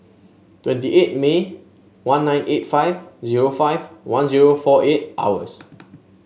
twenty eight May one nine eight five zero five one zero four eight hours